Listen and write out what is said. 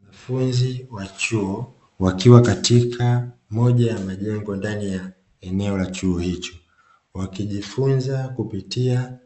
Wanafunzi wa chuo wakiwa katika moja ya majengo ndani ya eneo la chuo hicho. Wakijifunza kupitia